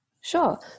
Sure